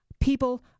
People